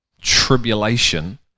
tribulation